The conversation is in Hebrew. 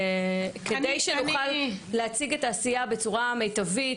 כדי שנוכל להציג את העשייה בצורה מיטבית